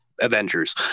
Avengers